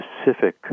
specific